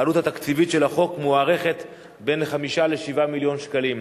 העלות התקציבית של החוק מוערכת בין 5 ל-7 מיליון שקלים.